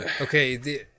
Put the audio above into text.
Okay